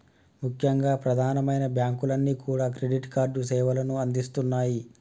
ముఖ్యంగా ప్రధానమైన బ్యాంకులన్నీ కూడా క్రెడిట్ కార్డు సేవలను అందిస్తున్నాయి